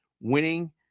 winning